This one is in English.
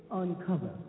uncover